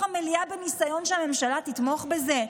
המליאה בניסיון שהממשלה תתמוך בזה?